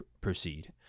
proceed